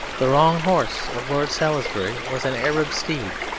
the wrong horse of lord salisbury was an arab steed,